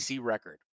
record